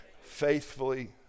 faithfully